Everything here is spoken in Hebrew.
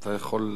אתה יכול,